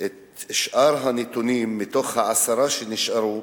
את שאר הנתונים, מתוך העשר שנשארו,